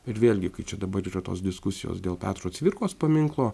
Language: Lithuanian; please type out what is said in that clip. ir vėlgi kai čia dabar yra tos diskusijos dėl petro cvirkos paminklo